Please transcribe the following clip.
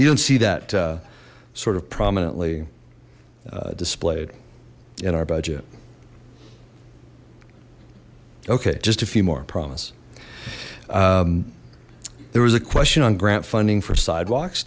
you don't see that sort of prominently displayed in our budget okay just a few more promise there was a question on grant funding for sidewalks